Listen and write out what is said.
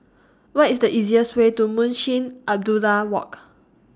What IS The easiest Way to Munshi Abdullah Walk